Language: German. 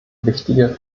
wichtige